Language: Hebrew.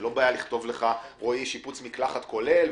זה לא בעיה לכתוב לך: שיפוץ מקלחת כולל,